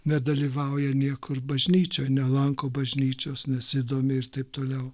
nedalyvauja niekur bažnyčioje nelanko bažnyčios nesidomi irtaip toliau